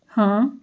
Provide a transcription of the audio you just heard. ਹਾਂ